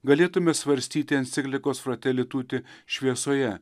galėtume svarstyti enciklikos frateli tuti šviesoje